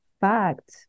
fact